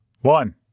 one